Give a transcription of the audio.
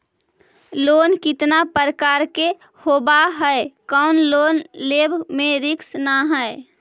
Loan कितना प्रकार के होबा है कोन लोन लेब में रिस्क न है?